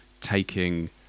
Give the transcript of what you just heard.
taking